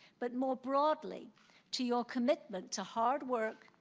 but more broadly to your commitment to hard work,